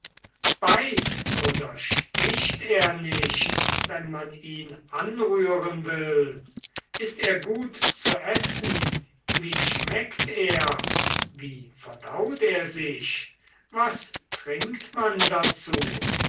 beißt oder sticht er nicht wenn man ihn anrühren will ist er gut zu essen wie schmeckt er wie verdaut er sich was trinkt man dazu